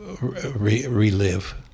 relive